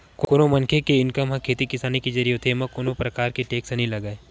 कोनो मनखे के इनकम ह खेती किसानी के जरिए होथे एमा कोनो परकार के टेक्स नइ लगय